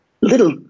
little